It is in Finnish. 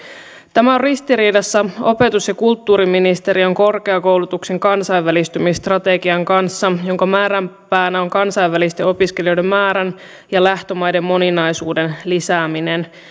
tämä on ristiriidassa opetus ja kulttuuriministeriön korkeakoulutuksen kansainvälistymisstrategian kanssa jonka määränpäänä on kansainvälisten opiskelijoiden määrän ja lähtömaiden moninaisuuden lisääminen